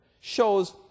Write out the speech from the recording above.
shows